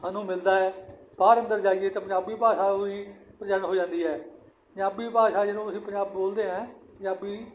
ਸਾਨੂੰ ਮਿਲਦਾ ਹੈ ਬਾਹਰ ਅੰਦਰ ਜਾਈਏ ਤਾਂ ਪੰਜਾਬੀ ਭਾਸ਼ਾ ਓਈਂ ਪ੍ਰਸੰਨ ਹੋ ਜਾਂਦੀ ਹੈ ਪੰਜਾਬੀ ਭਾਸ਼ਾ ਜਿਹਨੂੰ ਅਸੀਂ ਪੰਜਾਬ ਬੋਲਦੇ ਹੈ ਪੰਜਾਬੀ